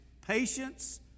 Patience